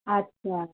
আচ্ছা